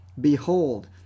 Behold